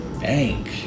Bank